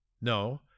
No